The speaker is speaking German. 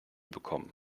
bekommen